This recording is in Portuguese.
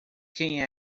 quem